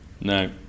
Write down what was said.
No